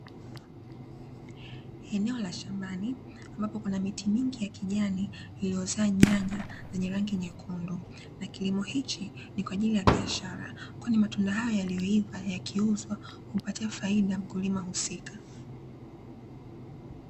Eneo la shambani ambapo kuna miti mingi ya kijani iliyozaa nyanya zenye rangi nyekundu na kilimo hichi ni kwa ajili ya biashara kwani matunda hayo yaliyoiva yakiuzwa humpatia faida mkulima husika.